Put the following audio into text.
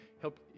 help